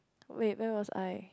wait where was I